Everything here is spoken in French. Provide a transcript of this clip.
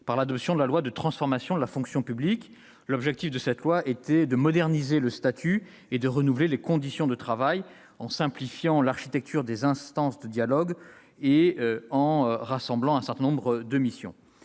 par l'adoption de la loi de transformation de la fonction publique. L'objectif de cette loi était de moderniser le statut et de renouveler les conditions de travail en simplifiant l'architecture des instances de dialogue et en rassemblant un certain nombre de missions.